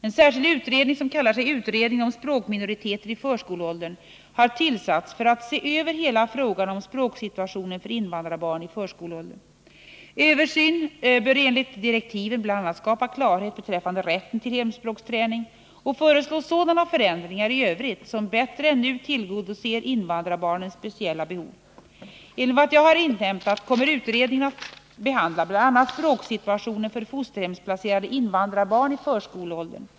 En särskild utredning — som kallar sig utredningen om språkminoriteter i förskoleåldern — har tillsatts för att se över hela frågan om språksituationen för invandrarbarn i förskoleåldern. Översynen bör enligt direktiven bl.a. skapa klarhet beträffande rätten till hemspråksträning och föreslå sådana förändringar i övrigt som bättre än nu tillgodoser invandrarbarnens speciella behov. Enligt vad jag inhämtat kommer utredningen att behandla bl.a. språksituationen för fosterhemsplacerade invandrarbarn i förskoleåldern.